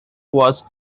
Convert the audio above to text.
was